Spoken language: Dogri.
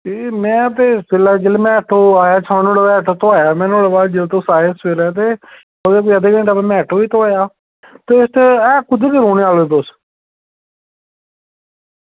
में आया ते में ऑटो धोआया ते जिसलै तुस आये ते ओह्दे कोई अद्धे घैंटे दे बाद में ऑटो गी धोआया ते ऐ कुद्धर दे रौह्ने आह्ले तुस